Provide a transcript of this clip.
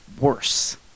worse